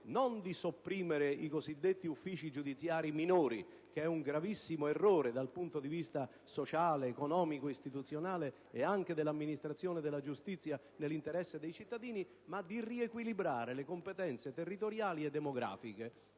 di sopprimere i cosiddetti uffici giudiziari minori, che è un gravissimo errore dal punto di vista sociale, economico, istituzionale e anche sotto il profilo dell'amministrazione della giustizia nell'interesse dei cittadini, ma quello di riequilibrare le competenze territoriali e demografiche.